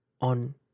on